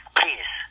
please